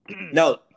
no